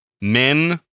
Men